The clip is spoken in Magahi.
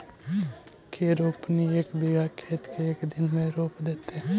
के रोपनी एक बिघा खेत के एक दिन में रोप देतै?